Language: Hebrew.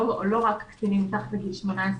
לא רק קטינים מתחת לגיל 18,